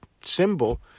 symbol